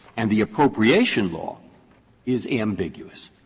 and the appropriation law is ambiguous?